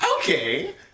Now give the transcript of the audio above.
Okay